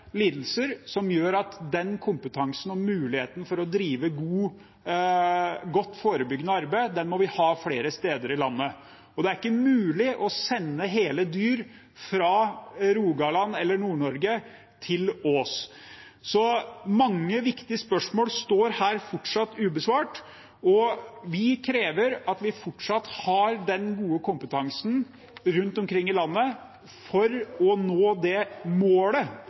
lidelser som gjør at vi må ha den kompetansen og muligheten for å drive godt forebyggende arbeid flere steder i landet. Det er ikke mulig å sende hele dyr fra Rogaland eller Nord-Norge til Ås. Mange viktige spørsmål står fortsatt ubesvart. Vi krever at vi fortsatt har den gode kompetansen rundt omkring i landet for å nå det målet